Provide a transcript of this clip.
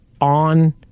on